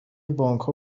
بانکها